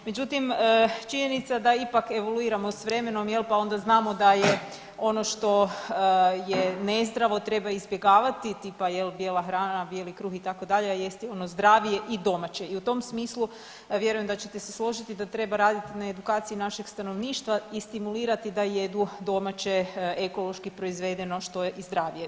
Međutim, činjenica da ipak evoluiramo sa vremenom, pa onda znamo da je ono što je nezdravo treba izbjegavati tipa jel' bijela hrana, bijeli kruh itd. a jesti ono zdravije i domaće i u tom smislu vjerujem da ćete se složiti da treba raditi na edukaciji našeg stanovništva i stimulirati da jedu domaće ekološki proizvedeno što je i zdravije.